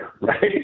Right